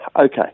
Okay